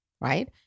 right